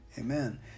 Amen